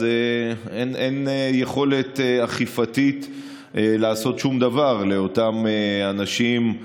אז אין יכולת אכיפתית לעשות שום דבר לאותם אנשים,